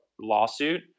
lawsuit